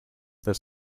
there